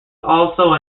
also